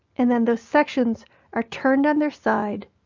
and then those sections are turned on their side,